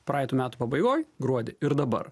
praeitų metų pabaigoj gruodį ir dabar